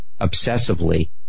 obsessively